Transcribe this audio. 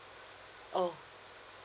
oh